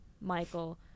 Michael